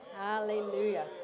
Hallelujah